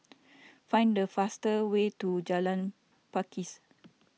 find the fastest way to Jalan Pakis